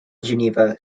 geneva